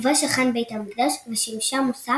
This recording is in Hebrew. ובה שכן בית המקדש, ושימשה מושא